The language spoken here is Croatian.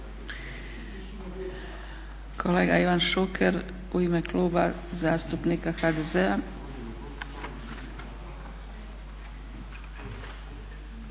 Kolega Ivan Šuker u ime Kluba zastupnika HDZ-a.